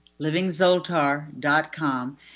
livingzoltar.com